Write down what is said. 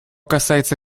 касается